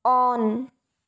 on